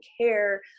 care